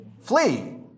Flee